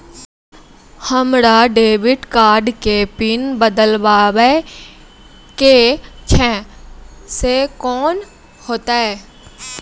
हमरा debit card के PIN बदलबावै के छैं से कौन होतै?